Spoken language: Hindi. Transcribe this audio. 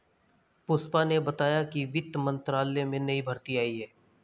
पुष्पा ने बताया कि वित्त मंत्रालय में नई भर्ती आई है